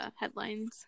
headlines